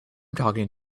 talking